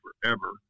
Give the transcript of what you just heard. forever